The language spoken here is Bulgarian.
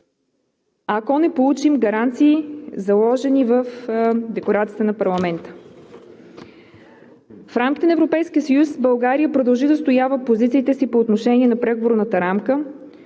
ако не получим гаранции, заложени в Декларацията на парламента. В рамките на Европейския съюз България продължи да отстоява позициите си по отношение на преговорната рамка,